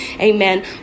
amen